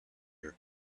your